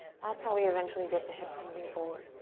that's how we eventually get the hips moving forward.